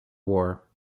war